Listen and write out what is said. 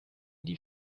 die